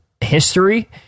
history